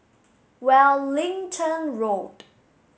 Wellington Road